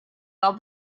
while